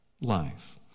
life